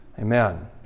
Amen